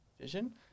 vision